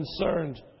concerned